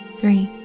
three